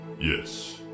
Yes